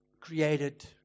created